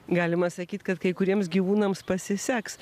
galima sakyti kad kai kuriems gyvūnams pasiseks